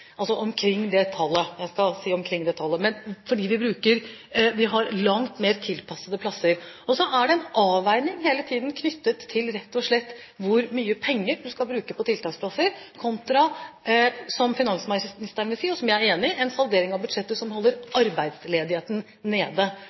omkring det tallet – og vi har langt mer tilpassede plasser. Så er det hele tiden en avveining knyttet til – rett og slett – hvor mye penger man skal bruke på tiltaksplasser kontra, som finansministeren vil si, og som jeg er enig i, en saldering av budsjettet som holder arbeidsledigheten nede.